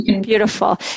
Beautiful